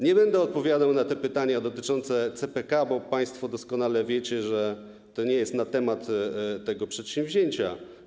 Nie będę odpowiadał na pytania dotyczące CPK, bo państwo doskonale wiecie, że to nie jest na temat tego przedsięwzięcia.